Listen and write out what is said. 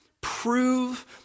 Prove